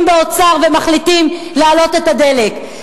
באוצר ומחליטים להעלות את מחירי הדלק.